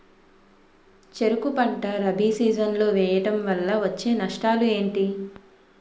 చెరుకు పంట రబీ సీజన్ లో వేయటం వల్ల వచ్చే నష్టాలు ఏంటి?